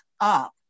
up